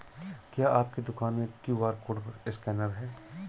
क्या आपके दुकान में क्यू.आर कोड स्कैनर है?